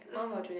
mm